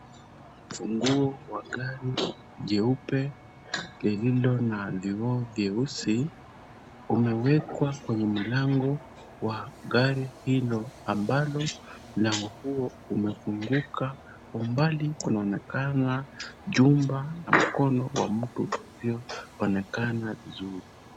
Ufunguo wa gari jeupe lililo na vioo vyeusi, umewekwa kwenye mlango wa gari hilo, ambalo mlango huo umefunguka. Kwa umbali kunaonekana jumba na mkono wa mtu usioonekana vizuri.